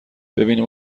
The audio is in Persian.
ببینیم